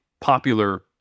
popular